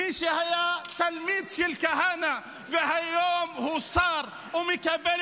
מי שהיה תלמיד של כהנא והיום הוא שר ומקבל